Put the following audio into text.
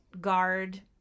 guard